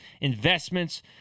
investments